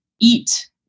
eat